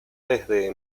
desde